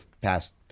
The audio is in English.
past